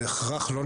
יש פה שוב שאלה,